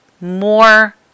more